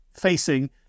facing